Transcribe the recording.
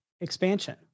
expansion